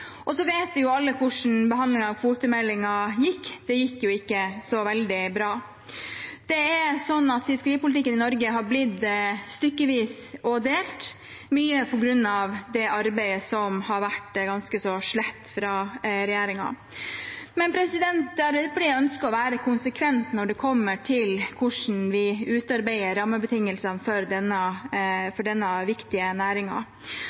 Og så vet vi alle hvordan behandlingen av kvotemeldingen gikk; det gikk ikke så veldig bra. Det er sånn at fiskeripolitikken i Norge har blitt stykkevis og delt, mye på grunn av ganske så slett arbeid fra regjeringen. Men Arbeiderpartiet ønsker å være konsekvent når det gjelder hvordan vi utarbeider rammebetingelsene for denne